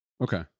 okay